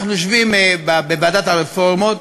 אנחנו יושבים בוועדת הרפורמות,